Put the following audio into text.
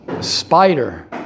spider